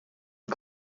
est